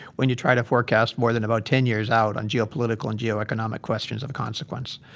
when you try to forecast more than about ten years out on geopolitical and geoeconomic questions of consequence